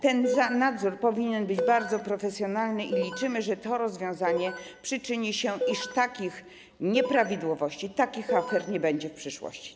Ten nadzór powinien być bardzo profesjonalny i liczymy na to, że to rozwiązanie przyczyni się do tego, iż takich nieprawidłowości, takich afer nie będzie w przyszłości.